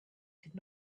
could